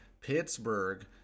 Pittsburgh